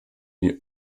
die